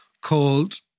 called